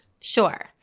Sure